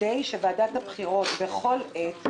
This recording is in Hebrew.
כדי שוועדת הבחירות בכל עת,